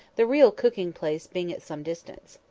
the real cooking-place being at some distance.